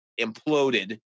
imploded